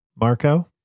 Marco